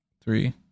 three